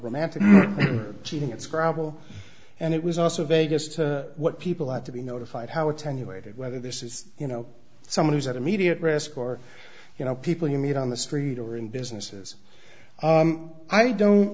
romantic cheating at scrabble and it was also vegas to what people had to be notified how attenuated whether this is you know someone who's at immediate risk or you know people you meet on the street or in businesses i don't